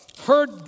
heard